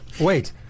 Wait